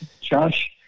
Josh